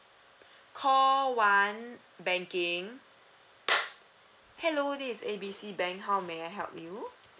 call one banking hello this A B C bank how may I help you